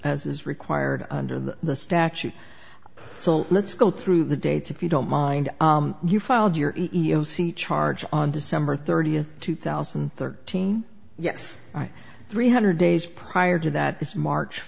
as is required under the statute so let's go through the dates if you don't mind you filed your e e o c charge on december thirtieth two thousand and thirteen yes three hundred days prior to that is march